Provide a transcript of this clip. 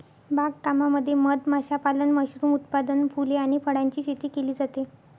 बाग कामामध्ये मध माशापालन, मशरूम उत्पादन, फुले आणि फळांची शेती केली जाते